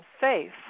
safe